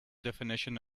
definition